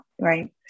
right